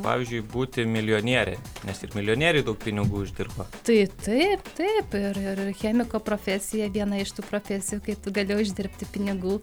pavyzdžiui būti milijonierė nes ir milijonieriai daug pinigų uždirba tai taip taip ir ir chemiko profesija viena iš tų profesijų kai tu gali uždirbti pinigų